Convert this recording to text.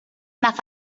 nach